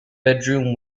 bedroom